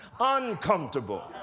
uncomfortable